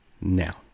now